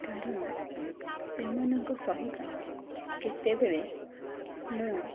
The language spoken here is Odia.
କାରଣ ସେମାନଙ୍କ ସହିତ କେତେବେଳେ ମୁଁ